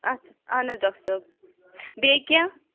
اَچھا اہَن حظ ڈاکٹر صٲب بیٚیہِ کیٚنٛہہ